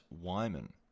Wyman